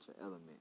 element